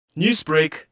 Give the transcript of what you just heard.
Newsbreak